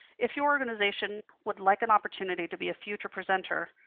if your organization would like an opportunity to be a future presenter,